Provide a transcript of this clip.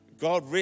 God